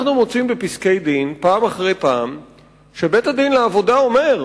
אנחנו מוצאים בפסקי-דין פעם אחרי פעם שבית-הדין לעבודה אומר: